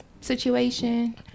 situation